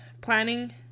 planning